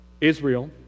Israel